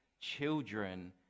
children